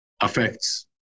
affects